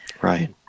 Right